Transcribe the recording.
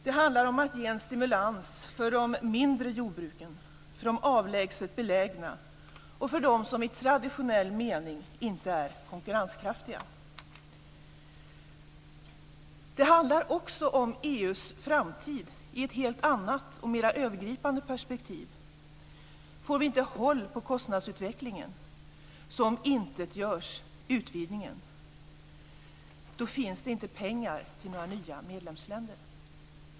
Det handlar om att ge en stimulans för de mindre jordbruken och för de avlägset belägna och för dem som i traditionell mening inte är konkurrenskraftiga. Det handlar också om EU:s framtid i ett helt annat och mera övergripande perspektiv. Om vi inte får kontroll över kostnadsutvecklingen omintetgörs utvidgningen. Då finns det inte pengar till några nya medlemsländer.